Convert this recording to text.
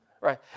right